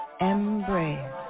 embrace